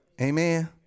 Amen